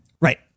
Right